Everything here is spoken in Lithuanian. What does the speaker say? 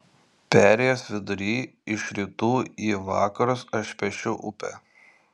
perėjos vidurį iš rytų į vakarus aš piešiu upę